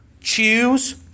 choose